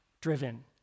driven